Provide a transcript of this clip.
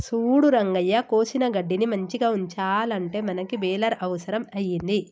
సూడు రంగయ్య కోసిన గడ్డిని మంచిగ ఉంచాలంటే మనకి బెలర్ అవుసరం అయింది